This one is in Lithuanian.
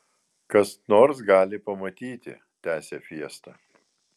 kas nors gali pamatyti tęsė fiesta